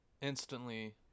instantly